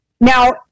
Now